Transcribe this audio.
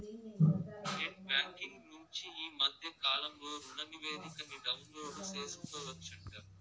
net banking నుంచి ఈ మద్దె కాలంలో రుణనివేదికని డౌన్లోడు సేసుకోవచ్చంట